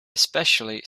especially